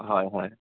হয় হয়